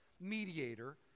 mediator